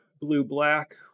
blue-black